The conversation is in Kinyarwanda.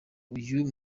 uyu